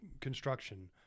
construction